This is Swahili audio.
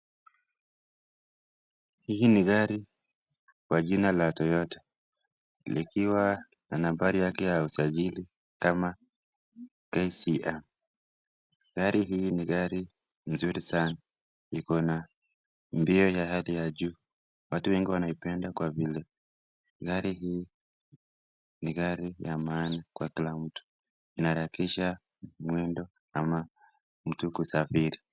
Hii ni gari kwa jina la Toyota likiwa na nambari yake ya usajili kama KCM. Gari hii ni gari nzuri sana ilo na mbio ya hali ya juu. Watu wengi wanaipenda kwa vile gari hii ni gari ya maana kwa kila mtu. Inaharakisha mwendo ama mtu kusafiri